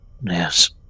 Yes